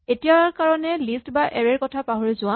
এতিয়াৰ কাৰণে লিষ্ট বা এৰে ৰ কথা পাহৰি যোৱা